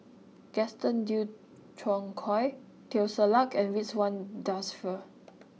Gaston Dutronquoy Teo Ser Luck and Ridzwan Dzafir